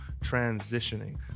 transitioning